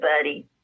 buddy